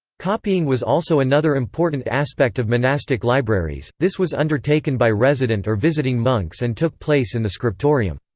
copying was also another important aspect of monastic libraries, this was undertaken by resident or visiting monks and took place in the scriptorium.